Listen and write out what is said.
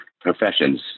professions